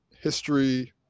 history